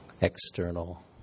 external